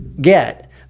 get